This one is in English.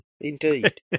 Indeed